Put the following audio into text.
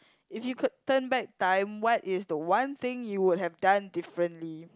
if you could turn back time what is the one thing you would have done differently